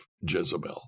Jezebel